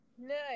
Nice